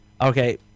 okay